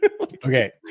Okay